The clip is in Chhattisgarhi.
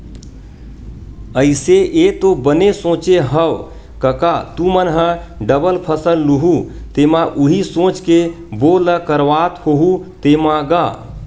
अइसे ऐ तो बने सोचे हँव कका तुमन ह डबल फसल लुहूँ तेमा उही सोच के बोर ल करवात होहू तेंमा गा?